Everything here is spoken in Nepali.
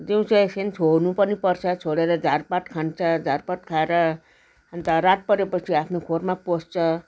दिउँसो एकछिन छोड्नु पनि पर्छ छोडेर झारपात खान्छ झारपात खाएर अन्त रात परेपछि आफ्नो खोरमा पस्छ